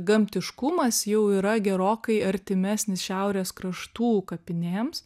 gamtiškumas jau yra gerokai artimesnis šiaurės kraštų kapinėms